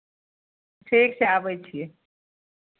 ठीक छै आबै छियै